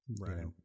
Right